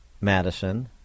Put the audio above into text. Madison